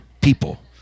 people